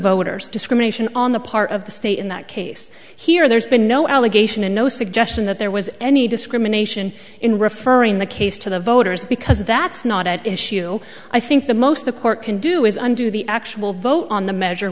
voter's discrimination on the part of the state in that case here there's been no allegation and no suggestion that there was any discrimination in referring the case to the voters because that's not at issue i think the most the court can do is undo the actual vote on the measure